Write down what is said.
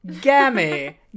Gammy